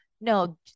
no